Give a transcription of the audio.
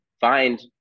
find